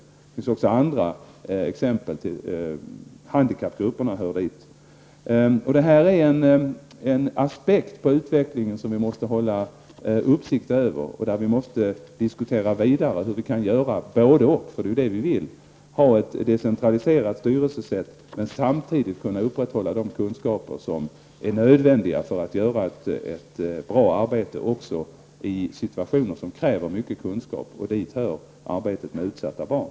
Det finns också andra exempel -- handikappgrupperna hör dit. Det här är en aspekt på utvecklingen som vi måste hålla uppsikt över. Vi måste diskutera vidare hur vi kan göra både-och, för vi vill ha ett decentraliserat styressätt men samtidigt kunna upprätthålla de kunskaper som är nödvändiga för att göra ett bra arbete också i situationer som kräver mycket av kunskap. Dit hör arbetet med utsatta barn.